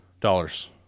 dollars